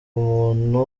umuntu